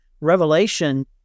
Revelation